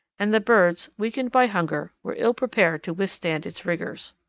and the birds, weakened by hunger, were ill prepared to withstand its rigours.